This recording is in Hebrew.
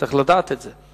צריך לדעת את זה.